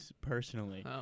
personally